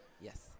yes